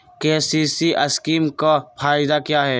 KCC scheme का फायदा क्या है?